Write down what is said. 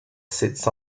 sits